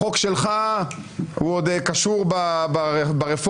החוק שלך עוד קשור ברפורמה.